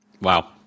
Wow